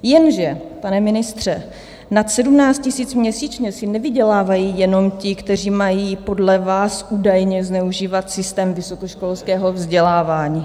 Jenže, pane ministře, nad 17 tisíc měsíčně si nevydělávají jenom ti, kteří mají podle vás údajně zneužívat systém vysokoškolského vzdělávání...